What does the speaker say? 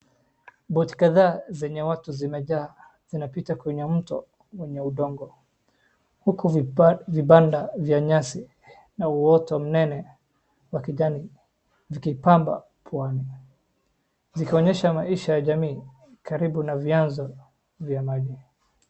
boat kadhaa zenye watu zimejaa zinapita kwenye mto wenye udongo huku vibanda vya nyasi na uoto mnene wa kijani zikipamba pwani, zikionyesha maisha ya jamii karibu na vyanzo vya maji.